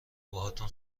باهاتون